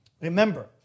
Remember